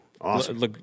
Awesome